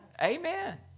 Amen